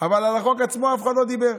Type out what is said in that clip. אבל על החוק עצמו אף אחד לא דיבר.